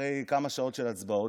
אחרי כמה שעות של הצבעות,